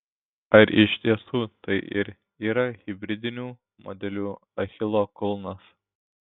ar iš tiesų tai ir yra hibridinių modelių achilo kulnas